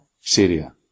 Syria